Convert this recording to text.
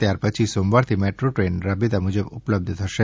ત્યારપછી સોમવારથી metro train રાબેતા મુજબ ઉપલબ્ધ થશે